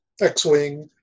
X-wing